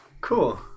Cool